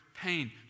pain